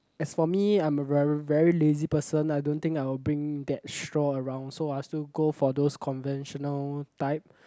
as for me I'm a ver~ very lazy person I don't think I will bring that straw around so I'll still go for those conventional type